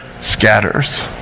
scatters